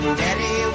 daddy